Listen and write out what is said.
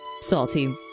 salty